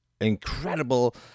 incredible